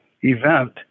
event